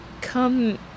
come